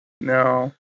no